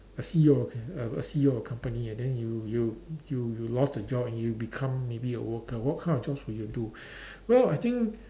a C_E_O of c~ a a C_E_O of your company and then you you you you lost your job and you become maybe your worker what kind of jobs will you do well I think